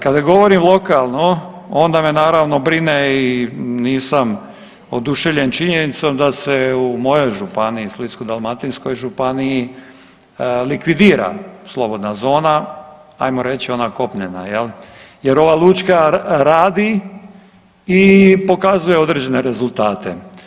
Kada govorim lokalno onda me naravno brine i nisam oduševljen činjenicom da se u mojoj županiji Splitsko-dalmatinskoj županiji likvidira slobodna zona, ajmo reći ona kopnena jel jer ova lučka radi i pokazuje određene rezultate.